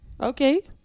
okay